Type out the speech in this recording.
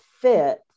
fit